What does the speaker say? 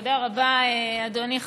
תודה רבה, אדוני היושב-ראש.